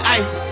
ice